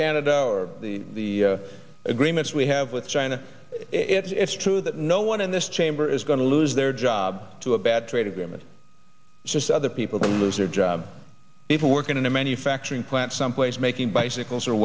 canada or the agreements we have with china it's true that no one in this chamber is going to lose their job to a bad trade agreement says other people to lose their job people working in a manufacturing plant someplace making bicycles